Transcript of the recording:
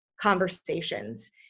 conversations